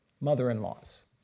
mother-in-laws